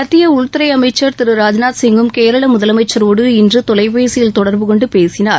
மத்திய உள்துறை அமைச்சர் திரு ராஜ்நாத்சிங்கும் கேரள முதலமைச்சரோடு இன்று தொலைபேசியில் தொடர்பு கொண்டு பேசினார்